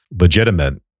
legitimate